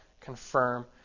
confirm